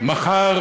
מחר